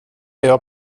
jag